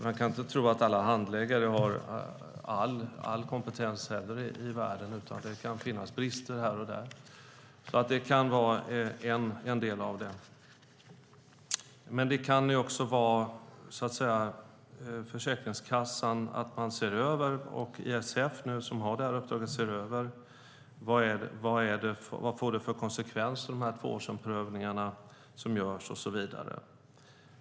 Man kan inte tro att alla handläggare har all kompetens i världen, utan det kan finnas brister här och där. Det kan alltså vara en del av det. Det kan också vara så att Försäkringskassan och ISF, som nu har detta uppdrag, ser över vad tvåårsomprövningarna får för konsekvenser.